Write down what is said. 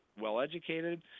well-educated